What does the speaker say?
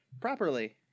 properly